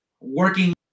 working